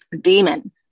demon